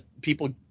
people